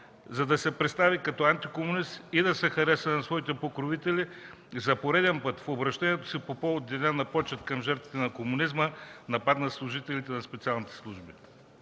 за да се представи като антикомунист и да се хареса на своите покровители, за пореден път в обръщението си по повод Деня на почит към жертвите на комунизма нападна служителите на специалните служби.